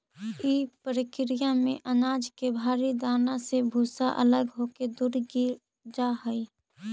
इ प्रक्रिया में अनाज के भारी दाना से भूसा अलग होके दूर गिर जा हई